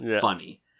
funny